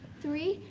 three,